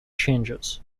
changes